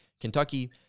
Kentucky